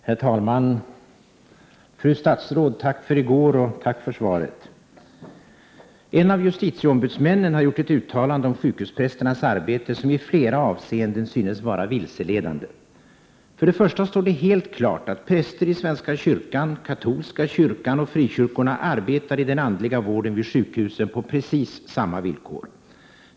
Herr talman! Fru statsråd! Tack för i går och tack för svaret. En av justitieombudsmännen har gjort ett uttalande om sjukhusprästernas arbete som i flera avseenden synes vara vilseledande. För det första står det helt klart att präster i svenska kyrkan, katolska kyrkan och frikyrkorna arbetar i den andliga vården vid sjukhusen på precis samma villkor.